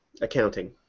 accounting